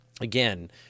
again